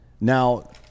Now